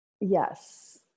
Yes